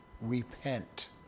repent